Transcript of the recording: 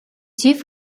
chief